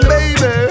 Baby